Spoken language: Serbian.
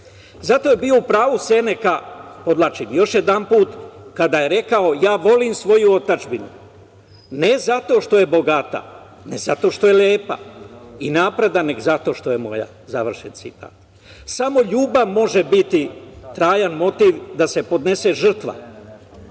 Zato je bio u pravu Seneka, podvlačim još jedanput, kada je rekao – ja volim svoju otadžbinu ne zato što je bogata, ne zato što je lepa i napredna nego zato što je moja, završen citat. Samo ljubav može biti trajan motiv da se podnete žrtva,